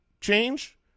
change